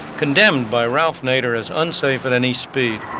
condemned by ralph nader as unsafe at any speed.